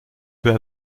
peu